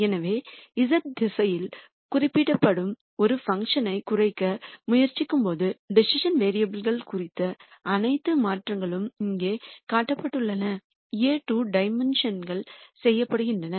எனவே z திசையில் குறிப்பிடப்படும் ஒரு பங்க்ஷன் ஐக் குறைக்க முயற்சிக்கும்போது டிசிசன் வேரியபுல்கள் குறித்த அனைத்து மாற்றங்களும் இங்கே காட்டப்பட்டுள்ள A 2 டைமென்ஷன் ப்ளேனில் செய்யப்படுகின்றன